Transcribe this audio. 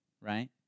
Right